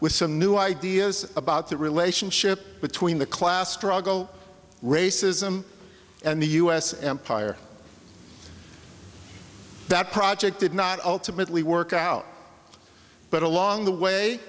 with some new ideas about the relationship between the class struggle racism and the us empire that project did not ultimately work out but along the way